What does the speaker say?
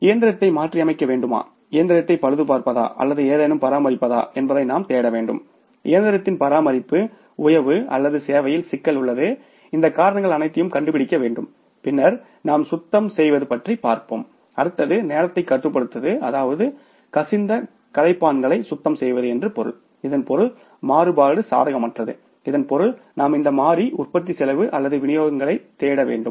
இயந்திரத்தை மாற்றியமைக்க வேண்டுமா இயந்திரத்தை பழுதுபார்ப்பதா அல்லது ஏதேனும் பராமரிப்பதா என்பதை நாம் தேட வேண்டும் இயந்திரத்தின் பராமரிப்பு உயவு அல்லது சேவையில் சிக்கல் உள்ளது இந்த காரணங்கள் அனைத்தையும் கண்டுபிடிக்கப்பட வேண்டும் பின்னர் நாம் சுத்தம் செய்வது பற்றி பார்ப்போம் அடுத்தது நேரத்தை கட்டுப்படுத்துவது அதாவது கசிந்த கரைப்பான்களை சுத்தம் செய்வது என்று பொருள் இதன் பொருள் மாறுபாடு சாதகமற்றது இதன் பொருள் நாம் இந்த மாறி உற்பத்தி செலவு அல்லது விநியோகங்களை தேட வேண்டும்